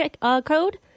code